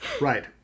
Right